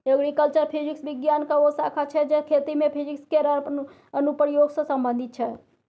agriculture physics बिज्ञानक ओ शाखा छै जे खेती मे फिजिक्स केर अनुप्रयोग सँ संबंधित छै